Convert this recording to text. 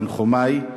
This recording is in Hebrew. את תנחומי: